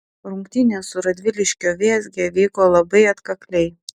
rungtynės su radviliškio vėzge vyko labai atkakliai